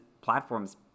platform's